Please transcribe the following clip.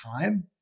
time